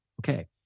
okay